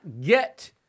get